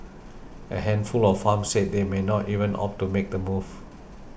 a handful of farms said they may not even opt to make the move